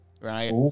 right